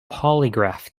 polygraph